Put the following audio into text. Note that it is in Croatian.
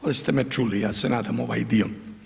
Ali ste me čuli ja se nadam ovaj dio.